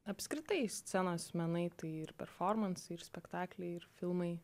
apskritai scenos menai tai ir performansai ir spektakliai ir filmai